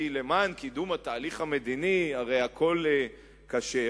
כי למען קידום התהליך המדיני הרי הכול כשר.